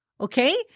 Okay